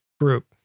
group